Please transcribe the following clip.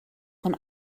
von